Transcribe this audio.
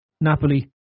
Napoli